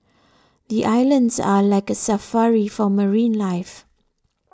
the islands are like a safari for marine life